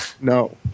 No